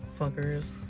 fuckers